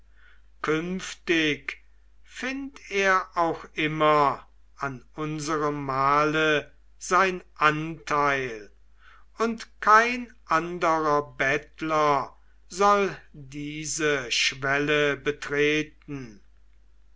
künftig find er auch immer an unserem mahle sein anteil und kein anderer bettler soll diese schwelle betreten